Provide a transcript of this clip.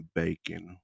bacon